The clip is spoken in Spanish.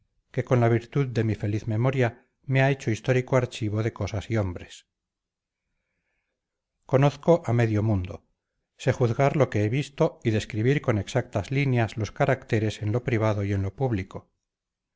que con la virtud de mi feliz memoria me ha hecho histórico archivo de cosas y hombres conozco a medio mundo sé juzgar lo que he visto y describir con exactas líneas los caracteres en lo privado y en lo público